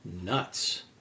nuts